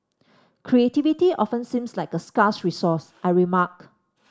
creativity often seems like a scarce resource I remark